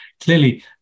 Clearly